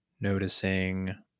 noticing